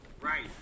Right